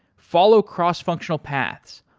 follow cross-functional paths,